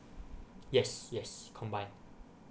yes yes combine